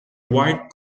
white